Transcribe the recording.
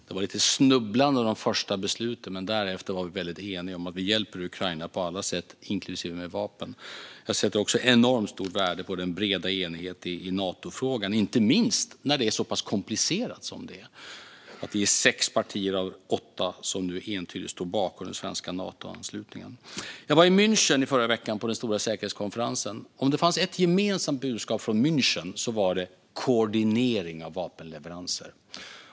Det var lite snubblande i de första besluten, men därefter har vi varit eniga om att vi hjälper Ukraina på alla sätt, inklusive med vapen. Jag sätter också enormt stort värde på den breda enigheten i Natofrågan, inte minst när det är så pass komplicerat som det är. Vi är sex partier av åtta som nu entydigt står bakom den svenska Natoanslutningen. Jag var i München i förra veckan på den stora säkerhetskonferensen. Om det fanns ett gemensamt budskap från München var det koordinering av vapenleveranser.